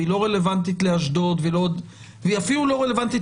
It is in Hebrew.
היא לא רלוונטית לאשדוד והיא אפילו לא רלוונטית